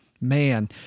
man